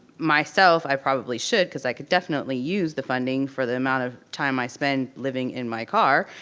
myself, i probably should, cause i could definitely use the funding for the amount of time i spend living in my car,